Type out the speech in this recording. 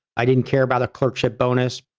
i didn't care about a clerkship bonus.